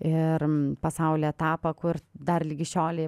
ir pasaulio etapą kur dar ligi šiolei